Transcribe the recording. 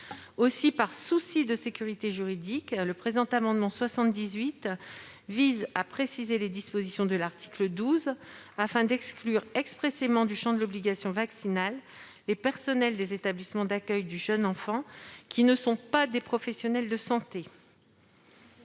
Aussi, par souci de sécurité juridique, le présent amendement vise à préciser les dispositions de l'article 12 de ladite loi, afin d'exclure expressément du champ de l'obligation vaccinale les personnels des établissements d'accueil du jeune enfant qui ne sont pas des professionnels de santé.